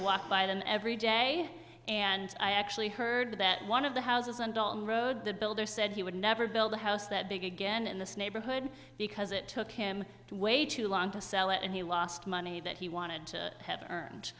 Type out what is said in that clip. walk by them every day and i actually heard that one of the houses and on the road the builder said he would never build a house that big again in this neighborhood because it took him way too long to sell it and he lost money that he wanted to have earned